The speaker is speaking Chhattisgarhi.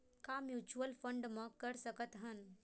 का म्यूच्यूअल फंड म कर सकत हन?